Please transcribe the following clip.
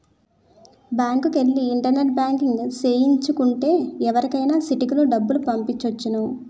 బ్యాంకుకెల్లి internet banking సేయించు కుంటే ఎవరికైనా సిటికలో డబ్బులు పంపొచ్చును